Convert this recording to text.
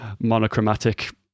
monochromatic